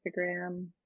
Instagram